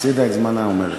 הפסידה את זמנה, אתה אומר.